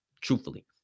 truthfully